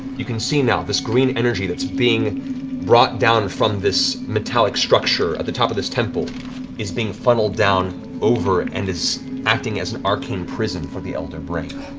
you can see now this green energy that's being brought down from this metallic structure at the top of this temple is being funneled down over, and is acting as an arcane prison for, the elder brain.